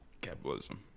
capitalism